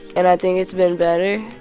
and i think it's been better